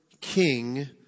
king